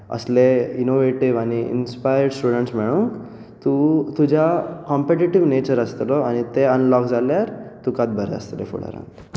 असले इनोवेटीव आनी inspired students मेळून तूं तुज्या कॉम्पटेटीव नेचर आसतलो आनी तें अनलॉक जाल्यार तुकाच बरें आसतलें फुडाराक